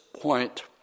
point